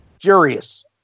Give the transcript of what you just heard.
Furious